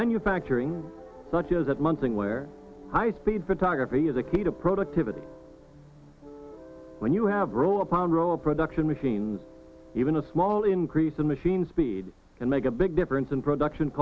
manufacturing such as that one thing where i speed photography is the key to productivity when you have row upon row of production machines even a small increase in machine speed and make a big difference in production